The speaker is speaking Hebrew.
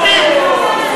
מספיק,